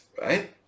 Right